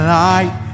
light